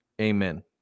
Amen